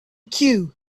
queue